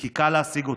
כי קל להשיג אותה.